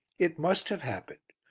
it must have happened.